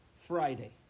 Friday